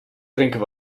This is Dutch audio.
drinken